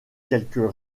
quelques